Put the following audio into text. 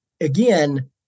again